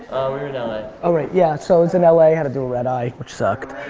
we were in l a. oh right, yeah. so, i was in l a. had to do a red eye which sucked.